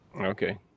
okay